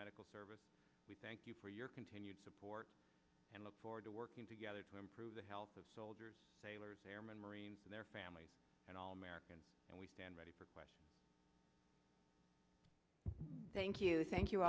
medical service we thank you for your continued support and look forward to working together to improve the health of soldiers sailors airmen marines and their families and all americans and we stand ready thank you thank you